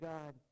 God